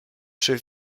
czy